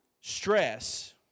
Stress